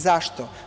Zašto?